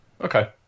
Okay